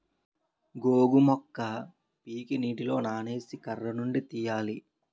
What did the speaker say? గోగు మొక్క పీకి నీటిలో నానేసి కర్రనుండి తీయాలి